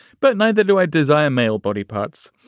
but neither do i desire male body parts.